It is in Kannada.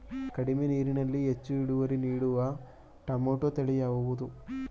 ಕಡಿಮೆ ನೀರಿನಲ್ಲಿ ಹೆಚ್ಚು ಇಳುವರಿ ನೀಡುವ ಟೊಮ್ಯಾಟೋ ತಳಿ ಯಾವುದು?